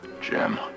Jim